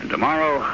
Tomorrow